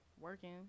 Working